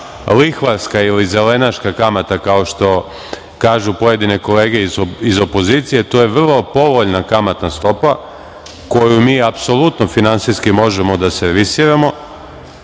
lihvarska ili zelenaška kamata, kao što kažu pojedine kolege iz opozicije, to je vrlo povoljna kamatna stopa koju mi apsolutno finansijski možemo da servisiramo